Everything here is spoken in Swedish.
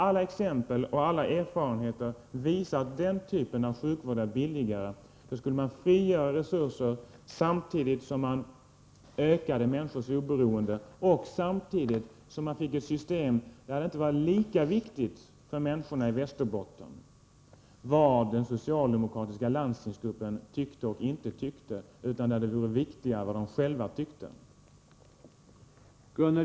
Alla exempel och all erfarenhet visar att den privata sjukvården är billigare. Man skulle då frigöra resurser, samtidigt som man ökade människors oberoende och samtidigt som man fick ett system där det inte var lika viktigt för människorna i Västerbotten vad den socialdemokratiska landstingsgruppen tyckte eller inte tyckte, utan där det är viktigare vad de själva tycker.